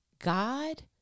God